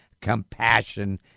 compassion